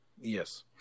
Yes